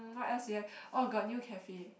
uh what else you have oh got new cafe